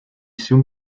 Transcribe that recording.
soon